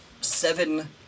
seven